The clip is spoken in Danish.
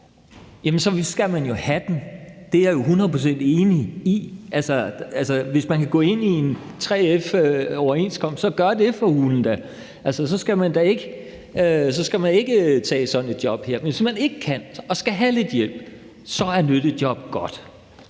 det, skal man jo have den. Det er jeg hundrede procent enig i. Hvis man kan gå ind i en 3F-overenskomst, så gør da for hulen det. Så skal man da ikke tage sådan et job her. Men hvis man ikke kan det og skal have hjælp, så er nyttejob godt.